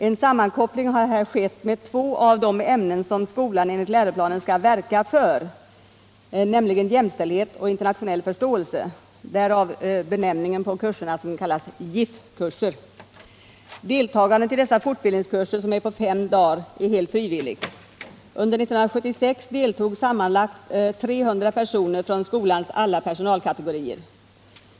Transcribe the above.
En sammankoppling har här skett mellan två av de ämnen som skolan enligt läroplanen skall verka för, nämligen jämställdhet och internationell förståelse, och därav kallas kurserna Jifkurser. Deltagandet i dessa fortbildningskurser, som är på fem dagar, är helt frivilligt. Under 1976 deltog sammanlagt 300 personer från skolans alla personalkategorier.